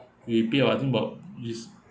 we pay uh I think about at least